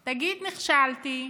תגיד: נכשלתי,